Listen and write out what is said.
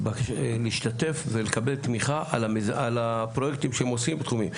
להשתתף ולקבל תמיכה על הפרויקטים שהם עושים בתחומים,